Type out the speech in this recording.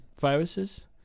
viruses